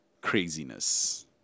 craziness